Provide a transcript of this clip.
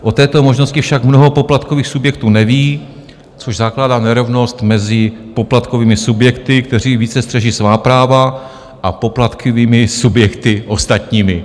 O této možnosti však mnoho poplatkových subjektů neví, což zakládá nerovnost mezi poplatkovými subjekty, kteří více střeží svá práva, a poplatkovými subjekty ostatními.